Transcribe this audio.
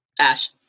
Ash